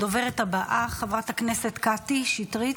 הדוברת הבאה, חברת הכנסת קטי שטרית,